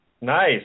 nice